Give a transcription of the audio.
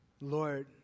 Lord